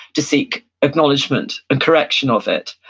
to seek acknowledgement and correction of it.